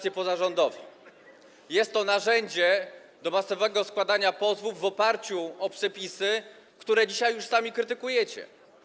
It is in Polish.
Jest to narzędzie do masowego składania pozwów w oparciu o przepisy, które dzisiaj już sami krytykujecie.